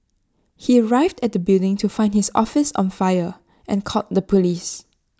he arrived at the building to find his office on fire and called the Police